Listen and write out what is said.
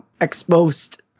exposed